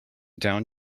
down